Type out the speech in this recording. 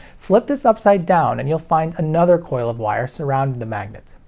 flip this upside down and you'll find another coil of wire, surrounding the magnet.